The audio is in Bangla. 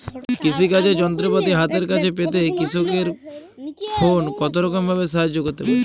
কৃষিকাজের যন্ত্রপাতি হাতের কাছে পেতে কৃষকের ফোন কত রকম ভাবে সাহায্য করতে পারে?